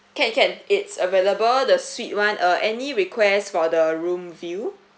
can can it's available the suite [one] uh any request for the room view